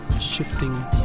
Shifting